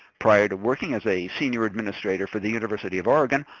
prior to working as a senior administrator for the university of oregon,